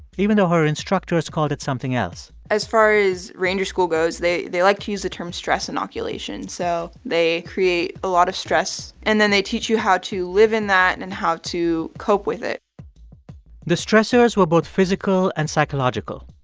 even though her instructors called it something else as far as ranger school goes, they they like to use the term stress inoculation. so they create a lot of stress, and then they teach you how to live in that and and how to cope with it the stressors were both physical and psychological.